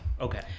Okay